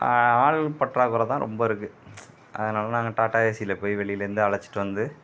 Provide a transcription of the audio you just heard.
ஆள் பற்றாக்குறதான் ரொம்ப இருக்கது அதனால நாங்கள் டாட்டா ஏசியில் போய் வெளிலேருந்து அழைச்சிட்டு வந்து